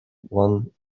one